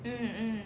mm mm